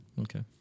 Okay